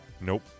Nope